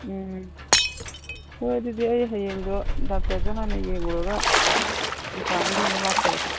ꯎꯝ ꯍꯣꯏ ꯑꯗꯨꯗꯤ ꯑꯩ ꯍꯌꯦꯡꯗꯣ ꯗꯣꯛꯇꯔꯗ ꯍꯥꯟꯅ ꯌꯦꯡꯉꯨꯔꯒ ꯗꯨꯀꯥꯟꯗꯨꯗ ꯑꯃꯨꯛ ꯂꯥꯛꯆꯔꯒꯦ